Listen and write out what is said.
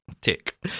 Tick